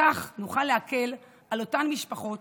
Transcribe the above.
בכך נוכל להקל על אותן משפחות